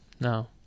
No